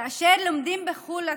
כאשר לומדים בחו"ל,